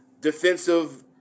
defensive